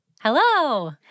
Hello